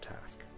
task